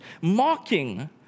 mocking